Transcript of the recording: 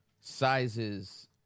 Sizes